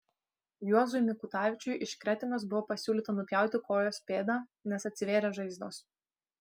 juozui mikutavičiui iš kretingos buvo pasiūlyta nupjauti kojos pėdą nes atsivėrė žaizdos